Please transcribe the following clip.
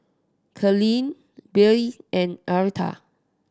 Carleen Billye and Aretha